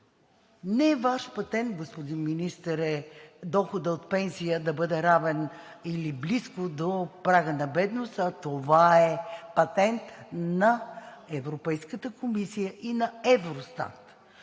Не е Ваш патент, господин Министър, доходът от пенсия да бъде равен или близък до прага на бедност, а това е патент на Европейската комисия и на Евростат.